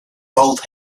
both